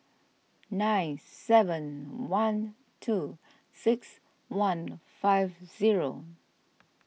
nine seven one two six one five zero